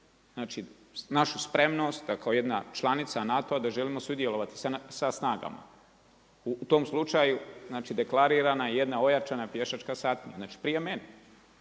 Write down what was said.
Znači našu spremnost da kao jedna članica NATO-a da želimo sudjelovati sa snagama. U tom slučaju, znači deklarirana je jedna ojačana pješačka satnija. Znači prije mene.